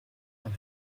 and